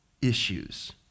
issues